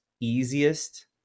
easiest